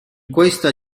questa